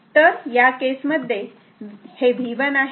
तर या केस मध्ये हे V1 आहे हे V2 आहे